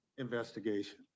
Investigation